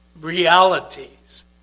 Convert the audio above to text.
realities